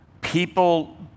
People